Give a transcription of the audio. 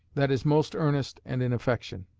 that is most earnest and in affection.